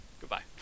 Goodbye